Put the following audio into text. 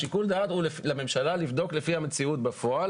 שיקול הדעת הוא לממשלה לבדוק לפי המציאות בפועל